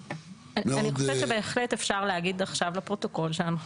--- אני חושבת שבהחלט אפשר להגיד עכשיו לפרוטוקול שאנחנו